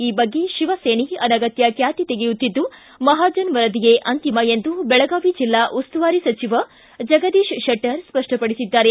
ಈ ಬಗ್ಗೆ ಶಿವಸೇನೆ ಅನಗತ್ತ ಕ್ಯಾತೆ ತೆಗೆಯುತಿದ್ದು ಮಹಾಜನ್ ವರದಿಯೇ ಅಂತಿಮ ಎಂದು ಬೆಳಗಾವಿ ಜೆಲ್ಡಾ ಉಸ್ತುವಾರಿ ಸಚಿವ ಜಗದೀಶ್ ಶೆಟ್ಟರ್ ಸ್ಪಷ್ಟಪಡಿಸಿದ್ದಾರೆ